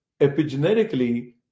epigenetically